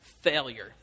failure